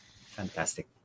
Fantastic